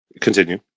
Continue